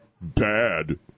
Bad